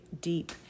deep